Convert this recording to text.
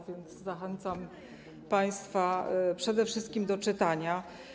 A więc zachęcam państwa przede wszystkim do czytania.